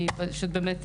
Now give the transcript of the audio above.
אני פשוט באמת,